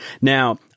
Now